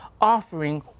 offering